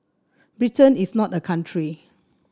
Britain is not a country